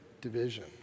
division